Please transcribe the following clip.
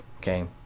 Okay